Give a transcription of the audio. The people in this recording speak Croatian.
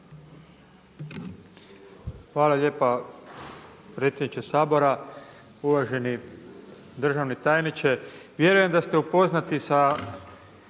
Hvala lijepa predsjedniče Sabora. Uvaženi državni tajniče, vjerujem da ste upoznati sa